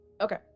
Okay